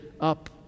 up